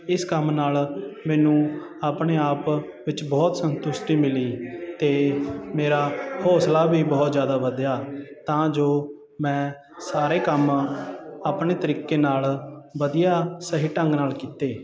ਇਸ ਕੰਮ ਨਾਲ ਮੈਨੂੰ ਆਪਣੇ ਆਪ ਵਿੱਚ ਬਹੁਤ ਸੰਤੁਸ਼ਟੀ ਮਿਲੀ ਅਤੇ ਮੇਰਾ ਹੌਂਸਲਾ ਵੀ ਬਹੁਤ ਜ਼ਿਆਦਾ ਵਧਿਆ ਤਾਂ ਜੋ ਸਾਰੇ ਕੰਮ ਆਪਣੇ ਤਰੀਕੇ ਨਾਲ ਵਧੀਆ ਸਹੀ ਢੰਗ ਨਾਲ ਕੀਤੇ